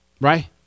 Right